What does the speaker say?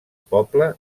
poble